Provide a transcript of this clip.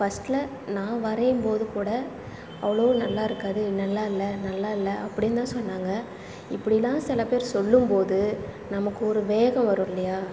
ஃபர்ஸ்ட்ல நான் வரையும்போது கூட அவ்ளோ நல்லாயிருக்காது நல்லால்ல நல்லாயில்ல அப்படின்னுதான் சொன்னாங்கள் இப்படிலாம் சில பேர் சொல்லும்போது நமக்கு ஒரு வேகம் வரும் இல்லையா